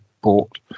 bought